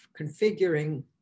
configuring